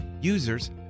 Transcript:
Users